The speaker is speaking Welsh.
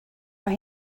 mae